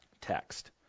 text